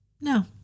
No